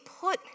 put